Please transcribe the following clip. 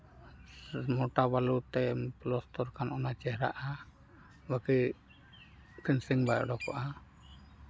ᱢᱳᱴᱟ ᱵᱟᱹᱞᱩ ᱛᱮᱢ ᱯᱞᱟᱥᱴᱟᱨ ᱠᱷᱟᱱ ᱫᱚ ᱚᱱᱟ ᱪᱮᱦᱨᱟᱜᱼᱟ ᱵᱟᱹᱠᱤ ᱵᱟᱭ ᱚᱰᱚᱠᱚᱜᱼᱟ